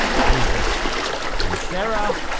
isaac and sarah,